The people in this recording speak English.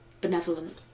benevolent